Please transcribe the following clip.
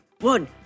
one